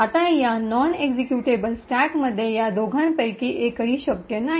आता या non executable स्टॅकमध्ये या दोघांपैकी एकही शक्य नाही